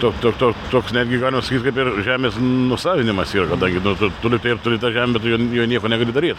tuo tuo tuo toks netgi galima sakyt kaip ir žemės nusavinimas yra kadangi tu tu lygtai ir turi tą žemę ir tu jiem jo nieko negali daryt